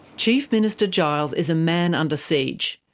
chief minister giles is a man under siege.